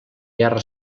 guerra